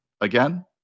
again